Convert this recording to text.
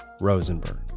Rosenberg